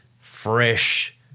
fresh